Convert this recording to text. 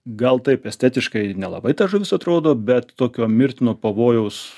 gal taip estetiškai nelabai ta žuvis atrodo bet tokio mirtino pavojaus